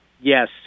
Yes